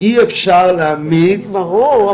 אי אפשר להעמיד --- ברור,